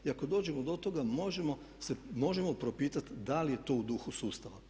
I ako dođemo do toga možemo propitati da li je to u duhu sustava.